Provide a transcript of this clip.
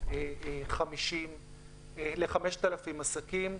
ל-5,000 עסקים.